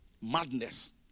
Madness